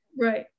right